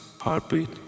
Heartbeat